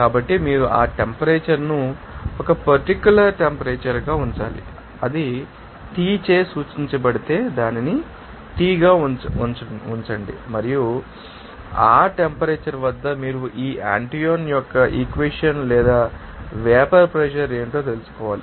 కాబట్టి మీరు ఆ టెంపరేచర్ ను ఒక పర్టిక్యూలర్ టెంపరేచర్ గా ఉంచాలి అది T చే సూచించబడితే దానిని T గా ఉంచండి మరియు ఆ టెంపరేచర్ వద్ద మీరు ఈ ఆంటోయిన్ యొక్క ఈక్వెషన్ ద్వారా వేపర్ ప్రెషర్ ఏమిటో తెలుసుకోవాలి